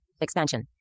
Expansion